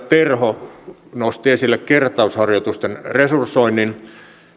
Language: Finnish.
terho nosti esille kertausharjoitusten resursoinnin